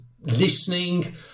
listening